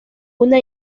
una